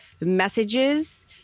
messages